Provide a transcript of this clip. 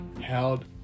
held